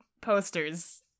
posters